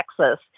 Texas